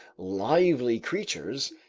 lively creatures,